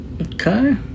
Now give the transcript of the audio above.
Okay